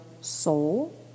soul